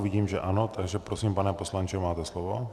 Vidím, že ano, takže prosím, pane poslanče, máte slovo.